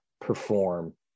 perform